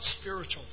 spiritual